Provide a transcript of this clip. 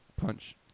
Punch